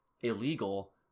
illegal